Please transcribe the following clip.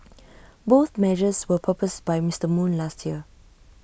both measures were proposed by Mister moon last year